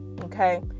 Okay